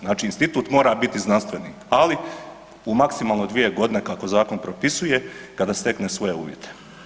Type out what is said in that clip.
Znači Institut mora biti znanstveni, ali u maksimalno 2 godine kako zakon propisuje kada stekne svoje uvjete.